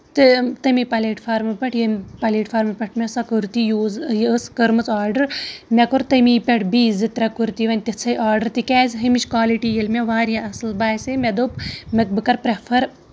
تہٕ تَمے پٕلیٹ فارمہِ پٮ۪ٹھ ییٚمہِ پٕلیٹ فارمہ پٮ۪ٹھ مےٚ سۄ کُرتی یوٗز یہِ ٲسۍ کٔرمٕژ آرڈر مےٚ کٔر تَمی پٮ۪ٹھ بیٚیہِ زٕ ترٛےٚ کُرتی وۄنۍ تِژھے آرڈر تَکیازِ ہُمِچ کالٹی ییٚلہِ مےٚ واریاہ اَصٕل باسے مےٚ دوٚپ بہٕ کرٕ پریفر